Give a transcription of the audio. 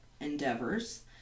endeavors